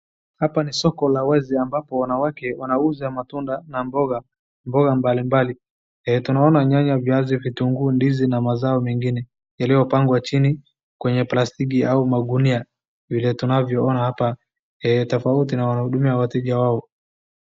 Hapa ni soko la wezi ambapo wanawake wanausa matunda na boga boga mbalimbali. Tunaona nyanya, viazi, vitunguu, ndizi na mazao mengine yaliopangwa chini kwenye plastiki au magunyia, vile tunavyoona hapa, tofauti na wanavyoudumia wateja wao.